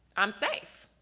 i'm safe!